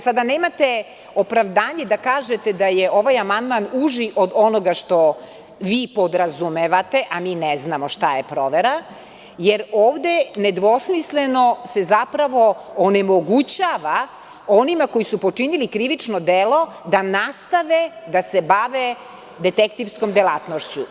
Sada nemate opravdanje da kažete da je ovaj amandman uži od onoga što vi podrazumevate, a mi ne znamo šta je provera, jer se ovde nedvosmisleno zapravo onemogućava onima koji su počinili krivično delo da nastave da se bave detektivskom delatnošću.